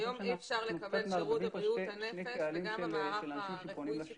היום אי אפשר לקבל שירות בבריאות הנפש וגם המערך הרפואי-שיקומי